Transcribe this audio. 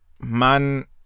man